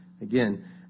Again